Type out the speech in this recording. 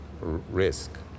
risk